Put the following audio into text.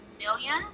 million